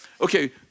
Okay